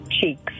Cheeks